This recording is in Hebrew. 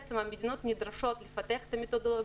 המדינות נדרשות לפתח את המתודולוגיה,